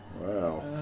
Wow